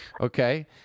Okay